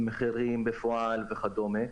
מחירים בפועל וכדומה,